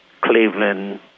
Cleveland